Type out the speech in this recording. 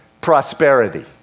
prosperity